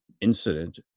incident